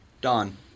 Don